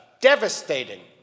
devastating